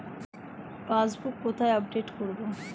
Passbook কোথায় update করব?